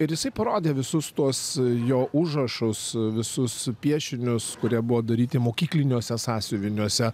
ir jisai parodė visus tuos jo užrašus visus piešinius kurie buvo daryti mokykliniuose sąsiuviniuose